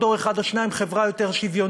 דור אחד או שניים חברה יותר שוויונית.